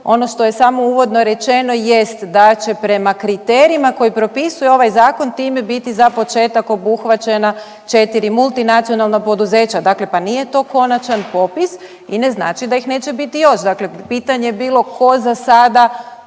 Ono što je samo uvodno rečeno jest da će prema kriterijima koji propisuju ovaj Zakon, time biti za početak obuhvaćena 4 multinacionalna poduzeća, dakle pa nije to konačan popis i ne znači da ih neće biti još. Dakle pitanje je bilo tko za sada